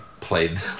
played